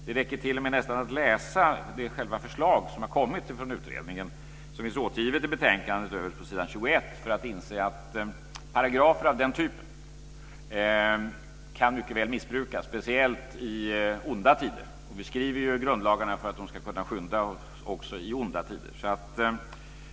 Det räcker t.o.m. nästan att läsa själva det förslag som har kommit från utredningen, och som finns återgivet i betänkandet på s. 21, för att inse att paragrafer av den typen mycket väl kan missbrukas, speciellt i onda tider. Vi skriver ju grundlagarna för att de ska kunna skydda också i onda tider.